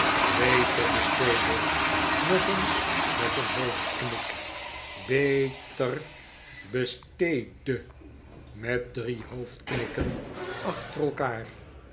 beter besteeddet nog eens met een hoofdknik be ter be steed det i met drie hoofdknikken achter elkaar